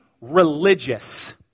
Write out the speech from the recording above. religious